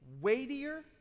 weightier